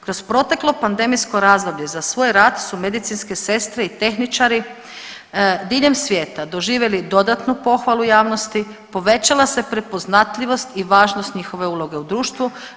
Kroz proteklo pandemijsko razdoblje za svoj rad su medicinske sestre i tehničari diljem svijeta doživjeli dodatnu pohvalu javnosti, povećava se prepoznatljivost i važnost njihove uloge u društvu.